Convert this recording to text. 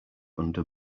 under